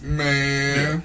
man